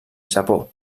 japó